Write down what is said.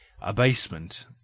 abasement